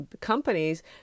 companies